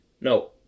No